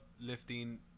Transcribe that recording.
lifting